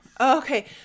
Okay